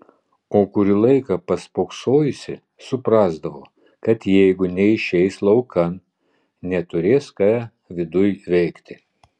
o kurį laiką paspoksojusi suprasdavo kad jeigu neišeis laukan neturės ką viduj veikti